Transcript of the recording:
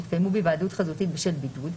שהתקיימו בהיוועדות חזותית בשל בידוד,